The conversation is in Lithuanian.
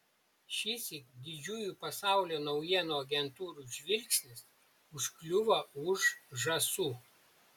šįsyk didžiųjų pasaulio naujienų agentūrų žvilgsnis užkliuvo už žąsų